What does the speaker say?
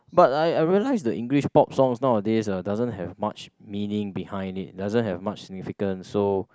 but I I realise the English pop songs nowadays uh doesn't have much meaning behind it doesn't have much significance so